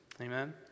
Amen